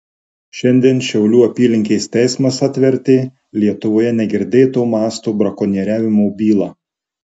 šiandien šiaulių apylinkės teismas atvertė lietuvoje negirdėto masto brakonieriavimo bylą